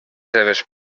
seves